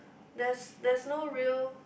there's there's no real